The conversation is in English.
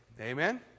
Amen